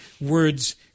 words